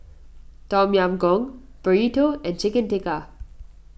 Tom Yam Goong Burrito and Chicken Tikka